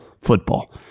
football